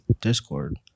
Discord